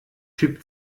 typ